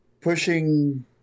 Pushing